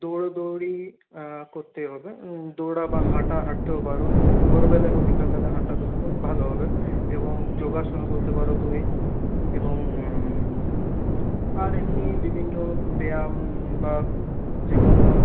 দৌঁড়দৌঁড়ি করতে হবে দৌঁড়া বা হাঁটা হাঁটতেও পারো ভোরবেলা এবং বিকালবেলা হাঁটা দৌঁড়ালে ভালো হবে এবং যোগাসনও করতে পারো তুমি এবং আর এমনি বিভিন্ন ব্যায়াম বা যে কোনো